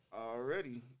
Already